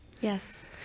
Yes